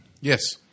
Yes